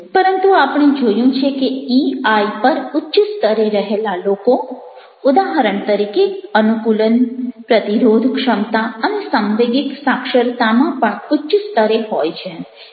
પરંતુ આપણે જોયું છે કે ઇઆઈ પર ઉચ્ચ સ્તરે રહેલા લોકો ઉદાહરણ તરીકે અનુકૂલન પ્રતિરોધ ક્ષમતા અને સાંવેગિક સાક્ષરતામાં પણ ઉચ્ચ સ્તરે હોય છે